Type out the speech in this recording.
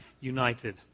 united